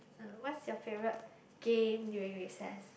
uh what's your favorite game during recess